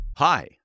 Hi